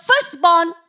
firstborn